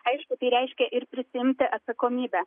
aišku tai reiškia ir prisiimti atsakomybę